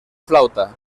flauta